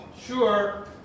Sure